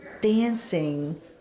dancing